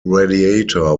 radiator